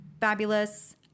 fabulous